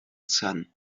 sun